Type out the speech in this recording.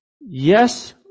Yes